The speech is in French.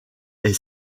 est